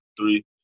three